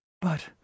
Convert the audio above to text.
But